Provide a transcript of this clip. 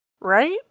Right